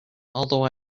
although